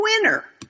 winner